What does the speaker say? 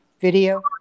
video